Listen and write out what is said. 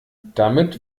damit